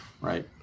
Right